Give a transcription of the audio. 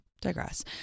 digress